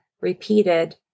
repeated